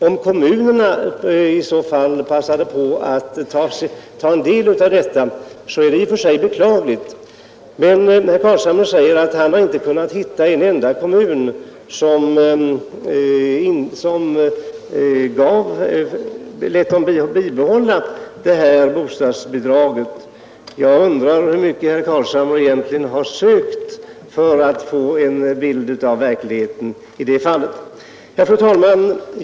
Om kommunerna passade på att ta en del av denna höjning är det i och för sig äger att han inte kunnat finna att en beklagligt. Men när herr Carlshamre s enda kommun lät barnfamiljerna behålla hela höjningen av bostadsbidra get, undrar jag hur mycket han egentligen har sökt för att få en bild av verkligheten Fru talman!